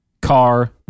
car